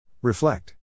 Reflect